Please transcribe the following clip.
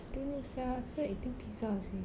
I don't know sia I feel like eating pizza seh